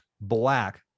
black